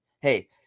hey